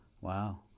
Wow